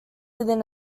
within